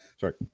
Sorry